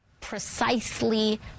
precisely